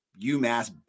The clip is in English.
UMass